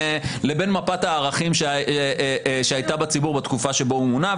מפת הערכים שהייתה בציבור בתקופה שבה היא מונה,